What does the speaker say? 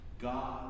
God